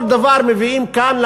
כל דבר מביאים כאן,